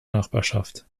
nachbarschaft